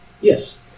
Yes